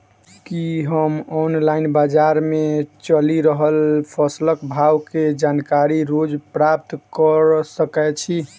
की हम ऑनलाइन, बजार मे चलि रहल फसलक भाव केँ जानकारी रोज प्राप्त कऽ सकैत छी?